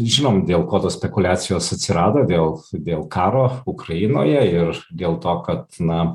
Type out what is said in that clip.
žinom dėl ko tos spekuliacijos atsirado vėl dėl karo ukrainoje ir dėl to kad na